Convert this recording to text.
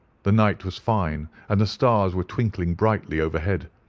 the night was fine, and the stars were twinkling brightly overhead.